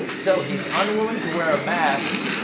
so he's unwilling to wear a mask,